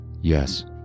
Yes